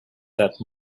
that